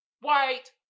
white